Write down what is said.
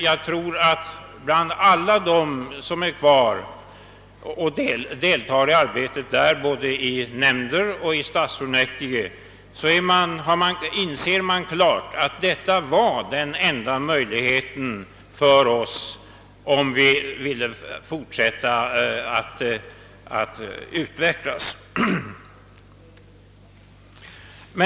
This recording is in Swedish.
Jag tror att alla kommunalmän som fortfarande deltar i arbetet inom nämnder och stadsfullmäktige klart inser att sammanslagningen var den enda möjligheten, om kommunerna ville fortsätta att utvecklas.